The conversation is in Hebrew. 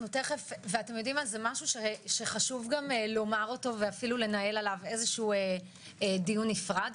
זה משהו שחשוב לומר אותו ואפילו לנהל עליו דיון נפרד,